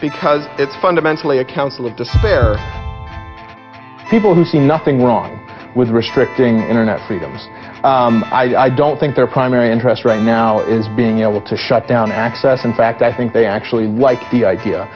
because it's fundamentally a council of despair people who see nothing wrong with restricting internet freedoms i don't think their primary interest right now is being able to shut down access in fact i think they actually like the idea